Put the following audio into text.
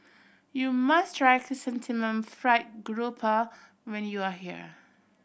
you must try Chrysanthemum Fried Grouper when you are here